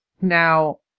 Now